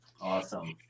awesome